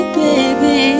baby